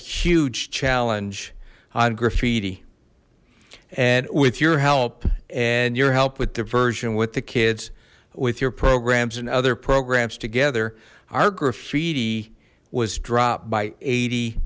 huge challenge on graffiti and with your help and your help with diversion with the kids with your programs and other programs together our graffiti was dropped by eighty